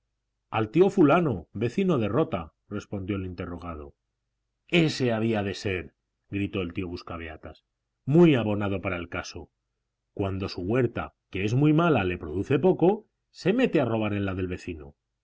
al tío fulano vecino de rota respondió el interrogado ése había de ser gritó el tío buscabeatas muy abonado es para el caso cuando su huerta que es muy mala le produce poco se mete a robar en la del vecino